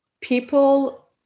people